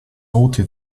rote